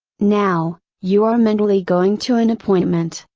now, you are mentally going to an appointment,